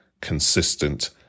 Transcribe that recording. consistent